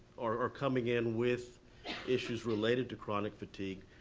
are coming in with issues related to chronic fatigue.